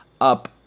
up